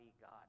God